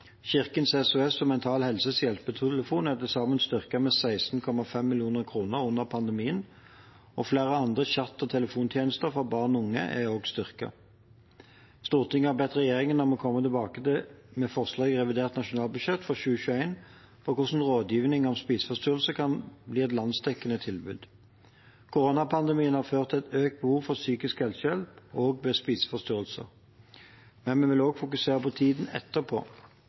Kirkens SOS og Mental Helses hjelpetelefon er til sammen styrket med 16,5 mill. kr under pandemien, og flere andre chat- og telefontjenester for barn og unge er også styrket. Stortinget har bedt regjeringen om å komme tilbake med forslag i revidert nasjonalbudsjett for 2021 for hvordan Rådgivning om spiseforstyrrelser kan bli et landsdekkende tilbud. Koronapandemien har ført til økt behov for psykisk helsehjelp, også ved spiseforstyrrelser. Men vi vil også fokusere på tiden etterpå.